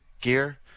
gear